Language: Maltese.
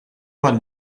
għall